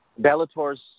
Bellator's